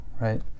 Right